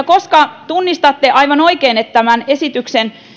koska tunnistatte aivan oikein että tämän esityksen